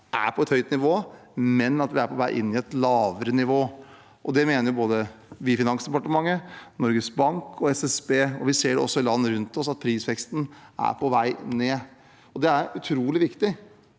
er på et høyt nivå, men at vi er på vei inn i et lavere nivå. Det mener både vi i Finansdepartementet, Norges Bank og SSB, og vi ser også i land rundt oss at prisveksten er på vei ned. Det er utrolig viktig